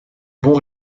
bons